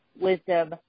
Wisdom